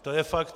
To je fakt.